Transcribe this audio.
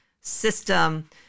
system